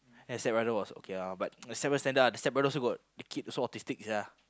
then the stepbrother was okay lor but the stepbrother standard lah the stepbrother also got a kid also autistic sia